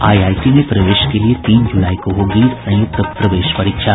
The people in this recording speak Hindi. आईआईटी में प्रवेश के लिये तीन जूलाई को होगी संयुक्त प्रवेश परीक्षा